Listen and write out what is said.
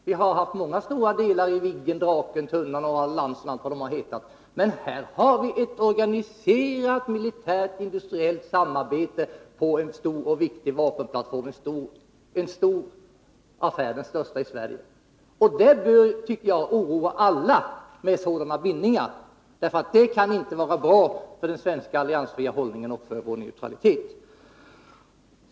Vi har haft många stora delar i Viggen, Draken, Tunnan, Lansen osv., men här är det fråga om ett organiserat militärt industriellt samarbete på en stor och viktig vapenplattform, en stor affär — den största i Sverige. Sådana bindningar bör oroa alla. Det kan inte vara bra för den svenska alliansfria hållningen och för vår neutralitet.